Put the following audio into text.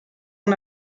mon